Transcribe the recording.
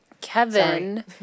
Kevin